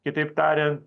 kitaip tariant